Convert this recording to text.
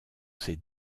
ses